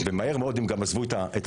ומהר מאוד הן גם עזבו את המחלקה,